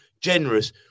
generous